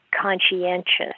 conscientious